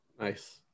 Nice